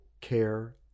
care